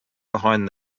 behind